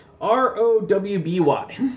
R-O-W-B-Y